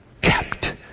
kept